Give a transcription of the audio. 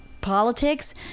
politics